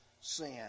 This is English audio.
sin